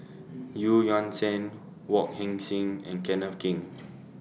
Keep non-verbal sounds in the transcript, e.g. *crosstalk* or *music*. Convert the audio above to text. *unintelligible* Yuan Zhen Wong Heck Sing and Kenneth Keng